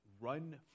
run